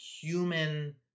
human